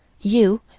you